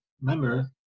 Remember